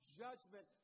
judgment